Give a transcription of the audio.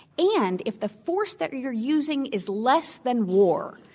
and if the force that you're using is less than war.